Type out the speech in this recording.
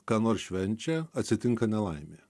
ką nors švenčia atsitinka nelaimė